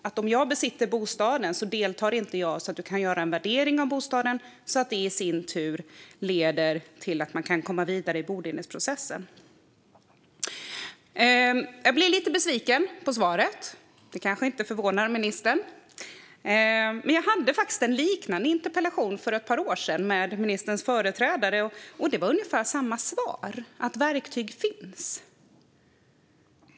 Utan medverkan från den som besitter bostaden kan ingen värdering göras, och det leder i sin tur till att man inte kan komma vidare i bodelningsprocessen. Jag blir lite besviken på svaret. Det kanske inte förvånar ministern. Jag hade en liknande interpellationsdebatt för ett par år sedan med ministerns företrädare och fick då ungefär samma svar: att verktyg finns.